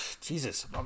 Jesus